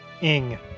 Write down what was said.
Ing